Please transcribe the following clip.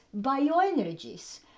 bioenergies